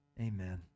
Amen